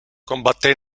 combatté